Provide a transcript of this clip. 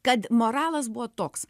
kad moralas buvo toks